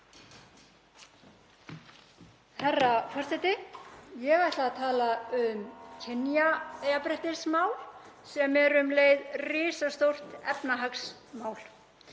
Herra forseti. Ég ætla að tala um kynjajafnréttismál sem er um leið risastórt efnahagsmál.